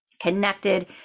connected